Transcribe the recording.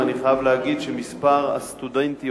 ואני חייב להגיד שמספר הסטודנטיות